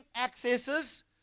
accesses